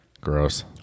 Gross